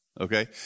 Okay